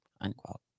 unquote